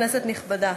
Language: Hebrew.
כנסת נכבדה,